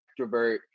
extrovert